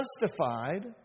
justified